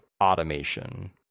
automation